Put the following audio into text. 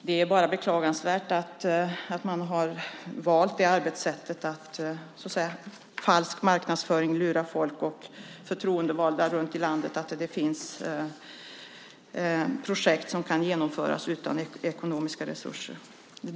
Det är bara beklagansvärt att man har valt det arbetssättet att med så att säga falsk marknadsföring lura folk och förtroendevalda runt om i landet att det finns projekt som kan genomföras utan ekonomiska resurser.